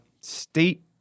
state